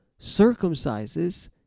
circumcises